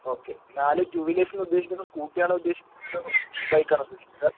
okay നാല് two വീലേഴ്സ്ന്ന് ഉദ്ദേശിക്കണത് സ്കൂട്ടിയാണോ ഉദ്ദേശിക്കുന്നത് അതോ ബൈക്കാണോ ഉദ്ദേശിക്കുന്നത്